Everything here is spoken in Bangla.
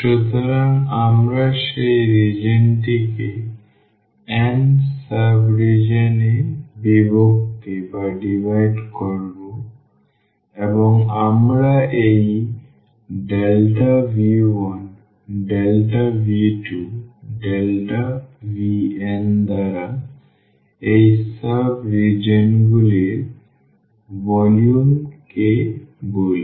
সুতরাং আমরা সেই রিজিওনটিকে n সাব রিজিওন এ বিভক্ত করব এবং আমরা এই V1δV2δVn দ্বারা এই সাব রিজিওনগুলির ভলিউম কে বলি